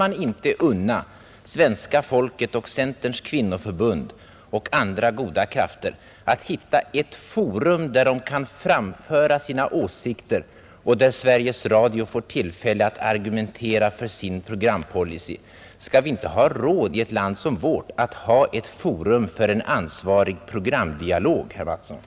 Kan vi inte unna svenska folket — centerns kvinnoförbund och andra goda krafter — att hitta ett forum där man kan framföra sina åsikter och där Sveriges Radio får tillfälle att argumentera för sin programpolicy? Skall vi inte ha råd i ett land som vårt att ha ett forum för en ansvarig programdialog, herr Mattsson?